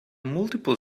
multiple